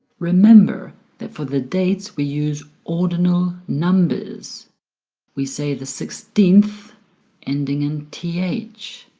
remember that for the dates we use ordinal numbers we say the sixteenth ending in th